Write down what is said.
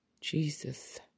Jesus